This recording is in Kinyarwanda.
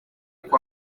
kwa